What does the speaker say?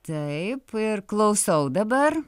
taip ir klausau dabar